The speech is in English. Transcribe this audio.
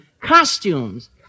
costumes